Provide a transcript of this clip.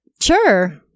Sure